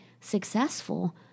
successful